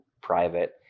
private